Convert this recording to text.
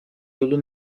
yolu